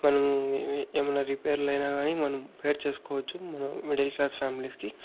మనం ఏమైనా రిపేర్లయినా కానీ మనం బేర్ చేసుకోవచ్చు మనం మిడిల్ క్లాస్ ఫ్యామిలీస్ కి